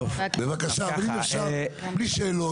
ואם אפשר בלי שאלות.